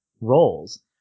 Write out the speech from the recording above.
roles